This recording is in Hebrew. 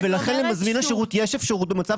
ולכן למזמין השירות יש אפשרות במצב